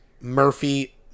Murphy